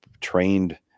trained